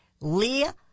Leah